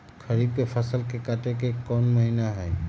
खरीफ के फसल के कटे के कोंन महिना हई?